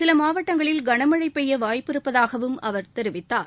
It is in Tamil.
சில மாவட்டங்களில் கனமழை பெய்ய வாய்ப்பு இருப்பதாகவும் அவர் தெரிவித்தார்